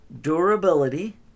durability